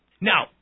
Now